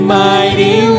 mighty